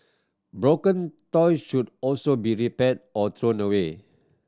broken toys should also be repaired or thrown away